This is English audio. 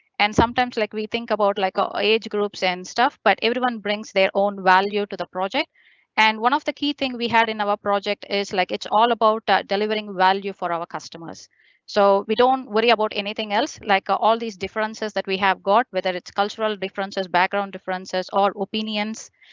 and sometimes like we think about like a age, groups and stuff. but everyone brings their own value to the project and one of the key things we had in our project. is like it's all about delivering value for our customers so we don't worry about anything else. like all these differences that we have got, whether it's cultural differences, background differences or opinions,